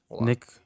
Nick